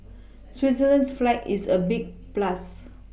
Switzerland's flag is a big plus